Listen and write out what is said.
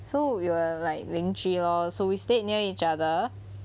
so we were like 邻居 lor so we stayed near each other